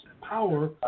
power